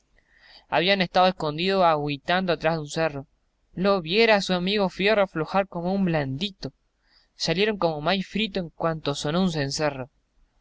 habían estao escondidos aguaitando atrás de un cerro lo viera a su amigo fierro aflojar como un blandito salieron como maíz frito en cuanto sonó un cencerro